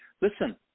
Listen